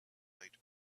might